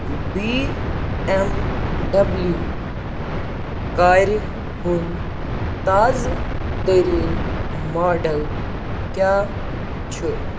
B M W کارِ ہُند تازٕ تریٖن ماڈل کیٛاہ چھُ